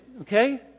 okay